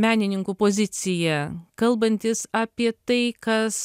menininkų poziciją kalbantis apie tai kas